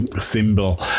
symbol